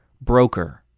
broker